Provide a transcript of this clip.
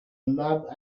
marbre